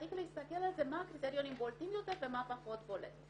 צריך להסתכל על זה מה הקריטריונים הבולטים יותר ומה הפחות בולט,